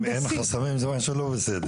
אם אין חסמים אז משהו לא בסדר?